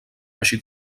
així